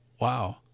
Wow